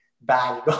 bad